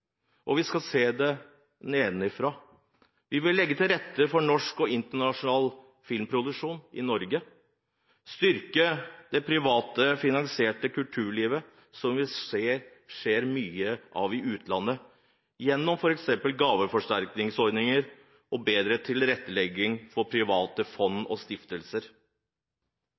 og vi skal gjøre det nedenfra. Vi vil legge til rette for norsk og internasjonal filmproduksjon i Norge, og styrke det privatfinansierte kulturlivet som vi ser mye av i utlandet, gjennom f.eks. gaveforsterkningsordninger og bedre tilrettelegging for private fond og stiftelser.